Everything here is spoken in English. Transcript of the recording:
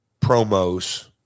promos